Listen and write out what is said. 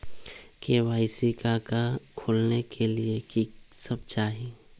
KYC का का खोलने के लिए कि सब चाहिए?